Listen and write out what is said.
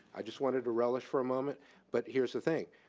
i just wanted to relish for a moment but here's the thing.